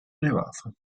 elevato